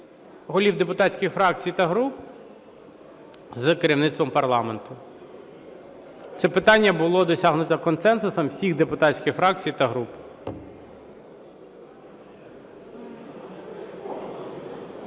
голів депутатських фракцій та груп з керівництвом парламенту. Це питання було досягнуто консенсусом усіх депутатських фракцій та груп.